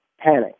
panic